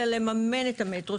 אלא לממן את המטרו.